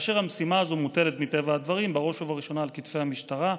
והמשימה הזאת מוטלת מטבע הדברים "בראש ובראשונה על כתפי המשטרה,